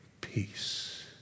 peace